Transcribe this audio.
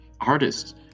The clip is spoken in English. artists